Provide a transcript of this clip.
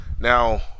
Now